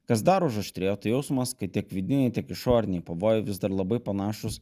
kas dar užaštrėjo tai jausmas kad tiek vidiniai tiek išoriniai pavojai vis dar labai panašūs